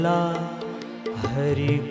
Hari